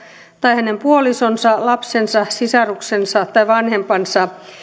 tai hänen puolisonsa lapsensa sisaruksensa tai vanhempansa